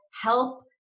help